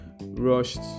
rushed